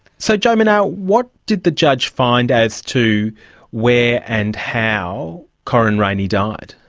so jo menagh, what did the judge find as to where and how corryn rayney died?